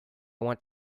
want